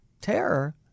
terror